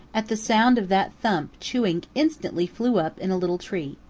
at the sound of that thump chewink instantly flew up in a little tree.